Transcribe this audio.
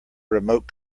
remote